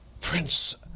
Prince